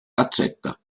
accetta